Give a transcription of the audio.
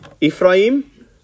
Ephraim